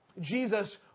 Jesus